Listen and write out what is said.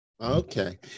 Okay